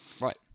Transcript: Right